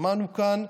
שמענו כאן,